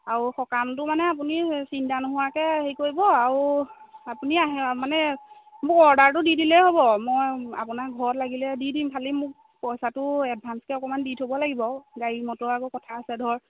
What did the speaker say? আৰু সকামটো মানে আপুনি চিন্তা নোহোৱাকে হেৰি কৰিব আৰু আপুনি আহে মানে মোক অৰ্ডাৰটো দি দিলেই হ'ব মই আপোনাক ঘৰত লাগিলে দি দিম খালি মোক পইচাটো এডভাঞ্চকে অকণমান দি থ'ব লাগিব গাড়ী মটৰ আকৌ কথা আছে ধৰক